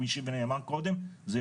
כפי שנאמר קודם זה,